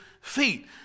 feet